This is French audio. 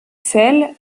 sels